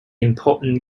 important